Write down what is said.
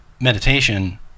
meditation